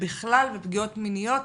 בכלל ופגיעות מיניות